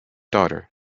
daughter